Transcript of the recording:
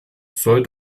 soll